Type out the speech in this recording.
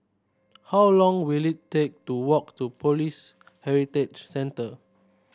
how long will it take to walk to Police Heritage Centre